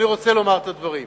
אני רוצה לומר את הדברים: